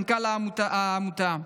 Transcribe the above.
מנכ"ל העמותה,